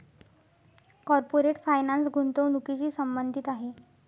corporate finance गुंतवणुकीशी संबंधित आहे